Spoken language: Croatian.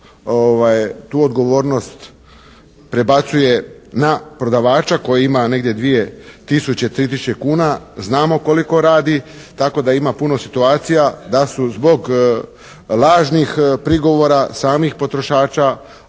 tu odgovornost prebacuje na prodavača koji ima negdje dvije tisuće, tri tisuće kuna. Znamo koliko radi. Tako da ima puno situacija da su zbog lažnih prigovora samih potrošača